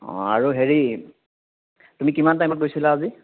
অ' আৰু হেৰি তুমি কিমান টাইমত গৈছিলা আজি